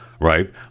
right